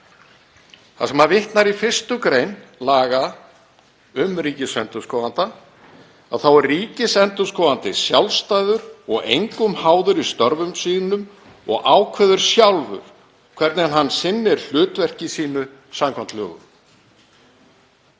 þar sem hann vitnar í 1. gr. laga um ríkisendurskoðanda, að ríkisendurskoðandi sé sjálfstæður og engum háður í störfum sínum og ákveði sjálfur hvernig hann sinnir hlutverki sínu samkvæmt lögum.